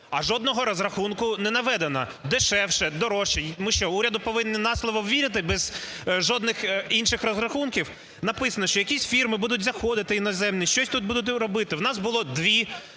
А жодного розрахунку не наведено: дешевше, дорожче. Ми що, уряду повинні на слово вірити, без жодних інших розрахунків? Написано, що якісь фірми будуть заходити іноземні, щось тут будуть робити. У нас було два